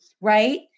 right